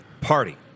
party